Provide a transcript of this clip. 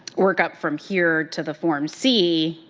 workup from here to the form see,